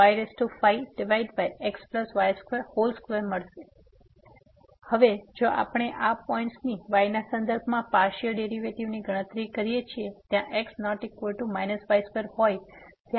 અને હવે જો આપણે આ પોઈન્ટ્સની y ના સંદર્ભમાં પાર્સીઅલ ડેરીવેટીવ ની ગણતરી કરીએ છીએ જ્યાં x≠ y2 હોય ત્યારે આપણી પાસે કોઈ સમસ્યા નથી